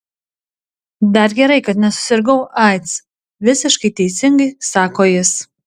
dar gerai kad nesusirgau aids visiškai teisingai sako jis